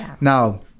Now